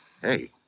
Hey